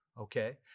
Okay